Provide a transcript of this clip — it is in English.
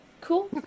Cool